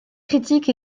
critiques